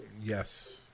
Yes